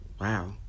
wow